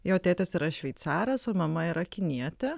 jo tėtis yra šveicaras o mama yra kinietė